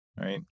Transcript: Right